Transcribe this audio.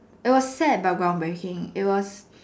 it was sad but ground breaking it was